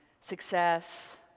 success